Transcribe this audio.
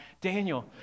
Daniel